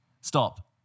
Stop